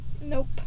Nope